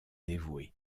dévoué